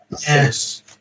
yes